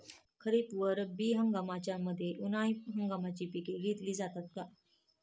खरीप व रब्बी हंगामाच्या मध्ये उन्हाळी हंगामाची पिके घेतली जातात का?